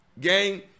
Gang